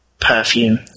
Perfume